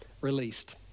released